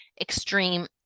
extreme